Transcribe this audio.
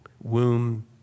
womb